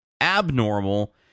abnormal